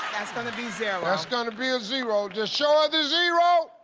gonna be zero. that's gonna be a zero. just show her the zero!